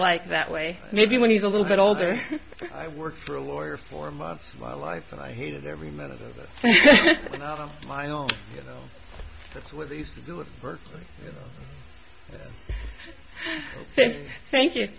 like that way maybe when he's a little bit older i worked for a lawyer for months of my life and i hated every minute of it on my own you know that's what they used to do it for i think thank you